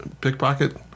Pickpocket